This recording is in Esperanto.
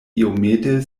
iomete